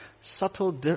subtle